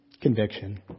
Conviction